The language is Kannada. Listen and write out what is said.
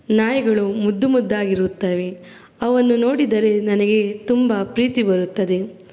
ನಾಯಿಗಳು ಮುದ್ದು ಮುದ್ದಾಗಿರುತ್ತವೆ ಅವನ್ನು ನೋಡಿದರೆ ನನಗೆ ತುಂಬ ಪ್ರೀತಿ ಬರುತ್ತದೆ